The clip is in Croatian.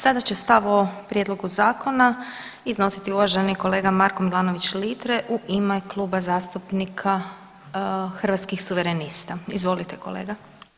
Sada će stav o prijedlogu zakona iznositi uvaženi kolega Marko Milanović Litre u ime Kluba zastupnika Hrvatskih suverenista, izvolite kolega.